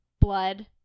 blood